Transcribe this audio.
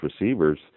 receivers